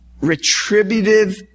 retributive